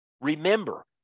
Remember